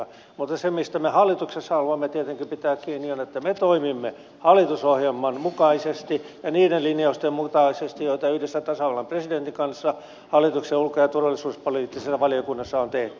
mutta se mistä me hallituksessa haluamme tietenkin pitää kiinni on se että me toimimme hallitusohjelman mukaisesti ja niiden linjausten mukaisesti joita yhdessä tasavallan presidentin kanssa hallituksen ulko ja turvallisuuspoliittisessa valiokunnassa on tehty